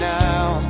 now